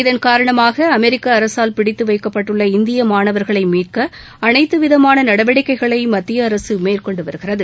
இதன் காரணமாக அமெரிக்க அரசால் பிடித்து வைக்கப்பட்டுள்ள இந்திய மாணவர்களை மீட்க அனைத்து விதமான நடவடிக்கைகளை மத்திய அரசு மேற்கொண்டு வருகிறது